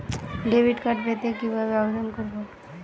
Debit card পেতে কিভাবে আবেদন করব?